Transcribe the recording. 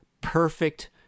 perfect